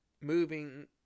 moving